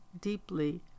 deeply